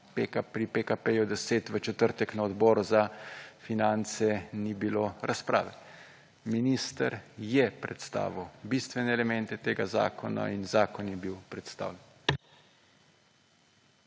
pri PKP-10 v četrtek na Odboru za finance ni bilo razprave. Minister je predstavil bistvene elemente tega zakona in zakon je bil predstavljen.